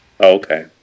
Okay